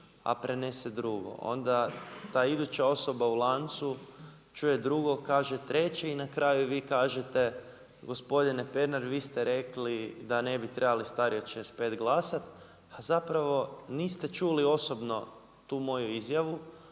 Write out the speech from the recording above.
a prenese drugo. Onda ta iduća osoba u lancu čuje drugo, kaže treće i na kraju vi kažete gospodine Pernar vi ste rekli da ne bi trebali stariji od 65 glasati a zapravo niste čuli osobno tu moju izjavu,